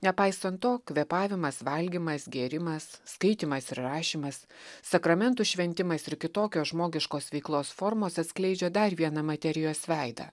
nepaisant to kvėpavimas valgymas gėrimas skaitymas ir rašymas sakramentų šventimas ir kitokios žmogiškos veiklos formos atskleidžia dar vieną materijos veidą